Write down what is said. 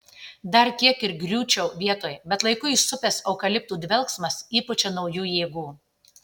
dar kiek ir griūčiau vietoj bet laiku įsupęs eukaliptų dvelksmas įpučia naujų jėgų